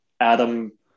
Adam